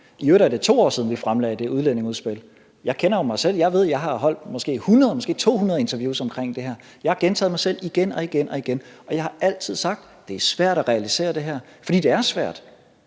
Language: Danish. I øvrigt er det 2 år siden, vi fremlagde det udlændingeudspil. Jeg kender jo mig selv. Jeg ved, at jeg har holdt 100 eller måske 200 interviews om det her. Jeg har gentaget mig selv igen og igen, og jeg har altid sagt: Det er svært at realisere det her, fordi det er svært.